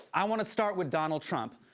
i want to start with donald trump.